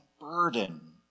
burden